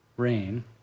rain